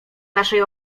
naszej